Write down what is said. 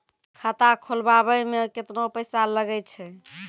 खाता खोलबाबय मे केतना पैसा लगे छै?